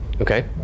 Okay